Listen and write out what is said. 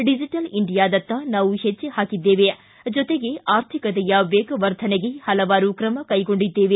digital ಇಂಡಿಯಾದತ್ತ ನಾವು ಹೆಜ್ಜೆ ಹಾಕಿದ್ದೇವೆ ಜೊತೆಗೆ ಆರ್ಥಿಕತೆಯ ವೇಗವರ್ಧನೆಗೆ ಹಲವಾರು ಕ್ರಮ ಕೈಗೊಂಡಿದ್ದೇವೆ